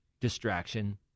distraction